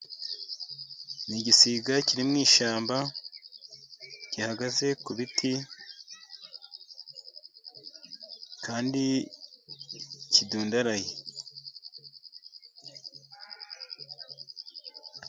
Ni igisiga kiri mu ishyamba, gihagaze ku biti kandi kidundaraye.